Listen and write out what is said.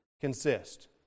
consist